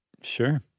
Sure